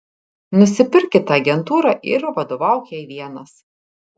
nusipirk kitą agentūrą ir vadovauk jai vienas